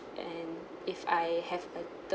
then if I have a term